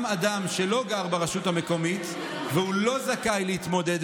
גם אדם שלא גר ברשות המקומית והוא לא זכאי להתמודד